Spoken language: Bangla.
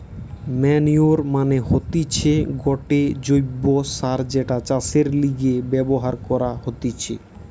ম্যানইউর মানে হতিছে গটে জৈব্য সার যেটা চাষের লিগে ব্যবহার করা হতিছে